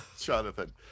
Jonathan